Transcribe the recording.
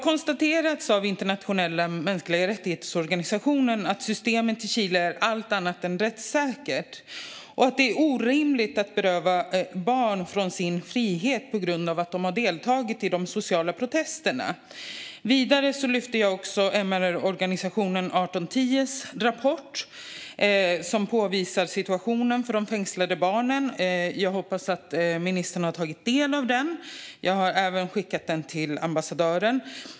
Internationella organisationer för mänskliga rättigheter har konstaterat att systemet i Chile är allt annat än rättssäkert och att det är orimligt att beröva barn sin frihet på grund av att de har deltagit i de sociala protesterna. Jag har tidigare tagit upp rapporten från MR-organisationen 18.10. Den påvisar situationen för de fängslade barnen. Jag hoppas att ministern har tagit del av den. Jag har även skickat den till ambassadören.